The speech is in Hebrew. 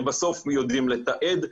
הם בסוף יודעים לתעד,